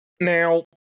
Now